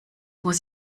muss